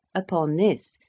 upon this,